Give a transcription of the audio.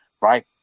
right